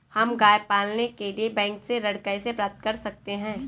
हम गाय पालने के लिए बैंक से ऋण कैसे प्राप्त कर सकते हैं?